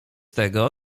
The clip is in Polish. tego